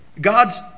God's